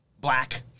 black